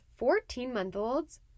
14-month-olds